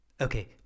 Okay